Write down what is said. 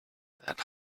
that